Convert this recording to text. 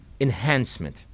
enhancement